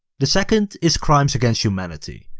the second is crimes against humanity.